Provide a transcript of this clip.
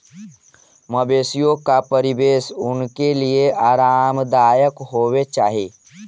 मवेशियों का परिवेश उनके लिए आरामदायक होवे चाही